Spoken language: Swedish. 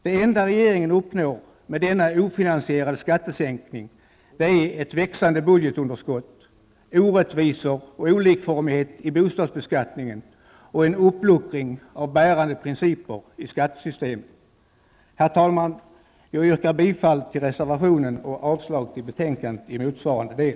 Det enda regeringen uppnår med denna ofinansierade skattesänkning är ett växande budgetunderskott, orättvisor och olikformighet i bostadsbeskattningen och en uppluckring av bärande principer i skattesystemet. Herr talman! Jag yrkar bifall till reservationen och avslag på utskottets hemställan i motsvarande del.